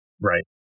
Right